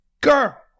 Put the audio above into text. Girl